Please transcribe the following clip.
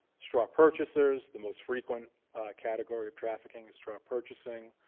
straw purchasers. the most frequent category of trafficking is straw purchasing.